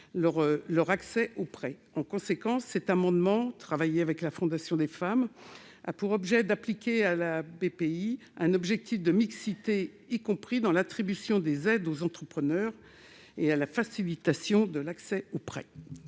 leur accès aux prêts. En conséquence, cet amendement travaillé avec la Fondation des Femmes vise à ce que Bpifrance fixe un objectif de mixité dans l'attribution des aides aux entrepreneurs et dans la facilitation de l'accès aux prêts.